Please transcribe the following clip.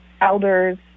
elders